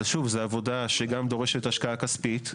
אבל זו עבודה שגם דורשת השקעה כספית.